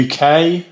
UK